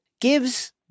gives